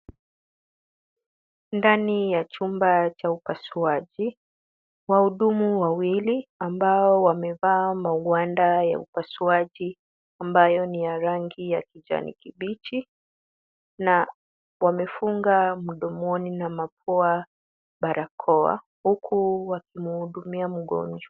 Ndani ya chumba cha upasuaji, wahudumu wawili ambao wamevaa magwanda ya upasuaji ambayo ni ya rangi ya kijani kibichi na wamefunga mdomoni na mapua barakoa, huku wakimuhudimia mgonjwa.